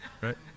right